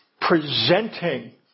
presenting